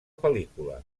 pel·lícula